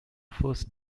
first